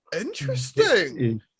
Interesting